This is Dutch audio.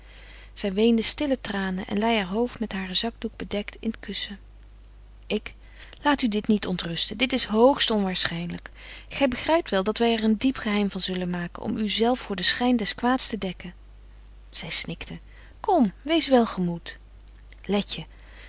zy weende stille tranen en lei haar hoofd met haren zakdoek bedekt in t kussen ik laat u dit niet ontrusten dit is hoogstonwaarschynlyk gy begrypt wel dat wy er een diep geheim van zullen maken om u zelf voor den schyn des kwaads te dekken zy snikte kom wees welgemoed letje